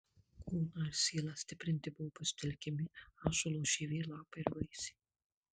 kūną ir sielą stiprinti buvo pasitelkiami ąžuolo žievė lapai ir vaisiai